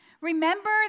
Remember